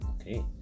Okay